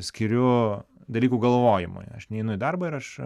skiriu dalykų galvojimui aš neinu į darbą ir aš